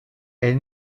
est